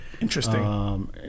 Interesting